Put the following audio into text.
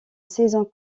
saison